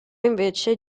invece